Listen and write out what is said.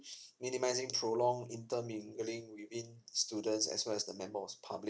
minimising prolong in term students as well as the member of public